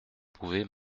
pouvez